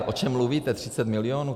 O čem mluvíte 30 milionů?